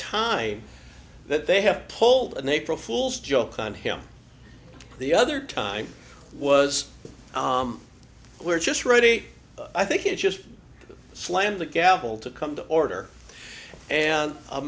time that they have pulled an april fool's joke on him the other time was we're just ready i think it just slammed the gavel to come to order and a